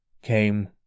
came